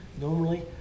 normally